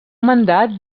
mandat